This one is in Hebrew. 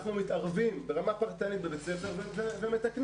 אנחנו מתערבים ברמה פרטנית בבית הספר ומתקנים.